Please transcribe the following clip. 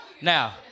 Now